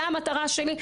זה המטרה שלי.